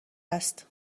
است